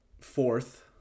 Fourth